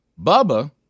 Bubba